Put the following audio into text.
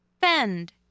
Bend